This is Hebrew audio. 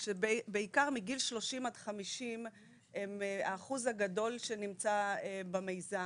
שבעיקר מגיל 30 עד 50 הם האחוז הגדול שנמצא במיזם,